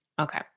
Okay